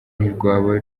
ntirwaba